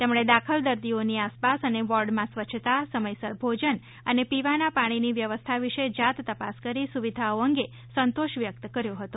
તેમણે દાખલ દર્દીઓની આસપાસ અને વોર્ડમાં સ્વચ્છતા સમયસર ભોજન અને પીવાના પાણીની વ્યવસ્થા વિષે જાતતપાસ કરી સુવિધાઓ અંગે સંતોષ વ્યક્ત કર્યો હતો